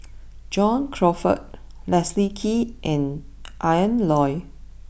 John Crawfurd Leslie Kee and Ian Loy